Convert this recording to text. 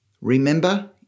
Remember